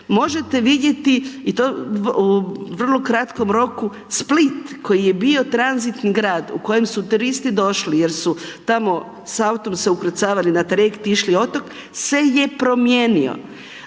Možete vidjeti i to u vrlo kratkom roku, Split koji je bio tranzitni grad u kojem su turisti došli jer su tamo s autom se ukrcavali na trajekt i išli na otok se je promijenio.